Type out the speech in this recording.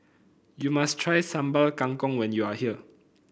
you must try Sambal Kangkong when you are here